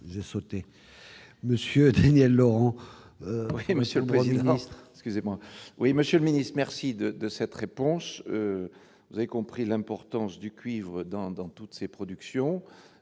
Monsieur le ministre, je vous remercie de votre réponse. Vous avez compris l'importance du cuivre pour toutes ces productions.